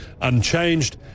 unchanged